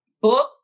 books